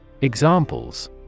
Examples